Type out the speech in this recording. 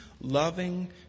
loving